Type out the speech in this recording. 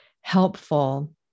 helpful